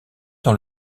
dans